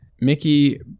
mickey